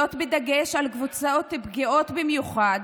זאת, בדגש על קבוצות פגיעות במיוחד: